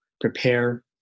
prepare